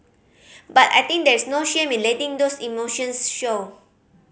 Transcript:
but I think there's no shame in letting those emotions show